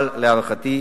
אבל להערכתי,